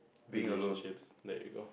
relationships let it go